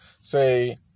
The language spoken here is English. say